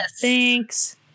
Thanks